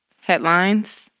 headlines